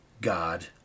god